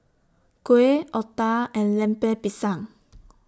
Kuih Otah and Lemper Pisang